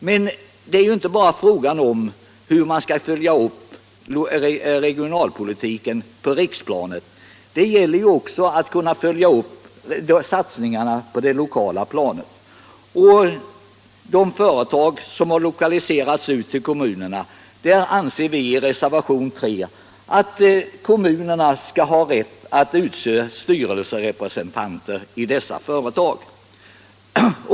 Men det är inte bara fråga om hur man skall följa upp regionalpolitiken på riksplanet, utan det gäller ju också att kunna följa upp satsningarna på det lokala planet. Beträffande företag som har lokaliserats ut hävdar vi i reservationen 3 att kommunerna skall ha rätt att utse styrelserepresentanter i dessa företag.